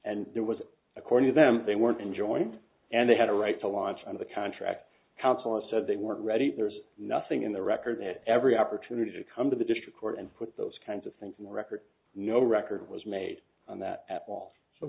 and there was according to them they weren't in joint and they had a right to launch on the contract counselor so they weren't ready there's nothing in the record at every opportunity to come to the district court and put those kinds of things in the record no record was made on that at all